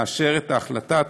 לאשר את החלטת